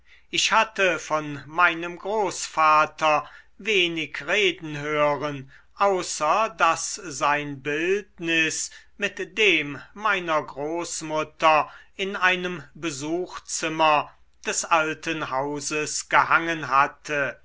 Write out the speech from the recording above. ich hatte von meinem großvater wenig reden hören außer daß sein bildnis mit dem meiner großmutter in einem besuchzimmer des alten hauses gehangen hatte